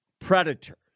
predators